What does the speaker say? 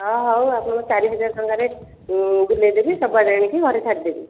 ଅ ହଉ ଆପଣ ଚାରି ହଜାର ଟଙ୍କାରେ ବୁଲେଇଦେବି ସବୁଆଡ଼େ ଆଣିକି ଘରେ ଛାଡ଼ିଦେବି